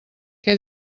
què